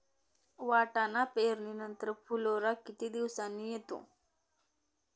वाटाणा पेरणी नंतर फुलोरा किती दिवसांनी येतो?